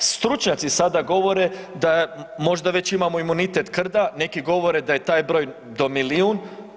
Stručnjaci sada govore da možda već imamo imunitet krda, neki govore da je taj broj do milijun.